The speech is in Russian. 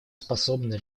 способна